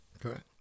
correct